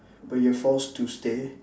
but you are forced to stay